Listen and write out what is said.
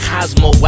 Cosmo